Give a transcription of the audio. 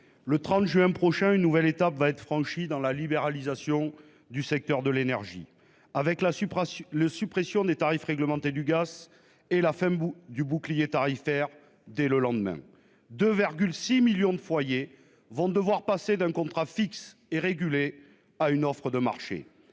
le 30 juin prochain, une nouvelle étape va être franchie dans la libéralisation du secteur de l'énergie, avec la suppression le suppression des tarifs réglementés du gaz et la fin du bouclier tarifaire dès le lendemain de vers 6 millions de foyers vont devoir passer d'un contrat fixe et réguler à une offre de marché